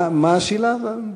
מה, מה השאלה, זהבה?